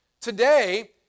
today